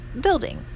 building